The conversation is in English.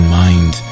mind